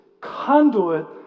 conduit